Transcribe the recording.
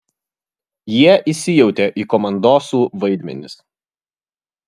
jie įsijautė į komandosų vaidmenis